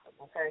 Okay